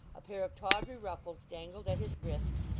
a pair of tawdry ruffles dangled at his wrists,